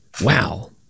wow